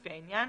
לפי העניין,